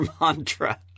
mantra